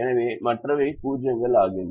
எனவே மற்றவை 0 கள் ஆகின்றன